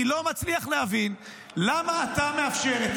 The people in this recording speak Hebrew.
אני לא מצליח להבין למה אתה מאפשר את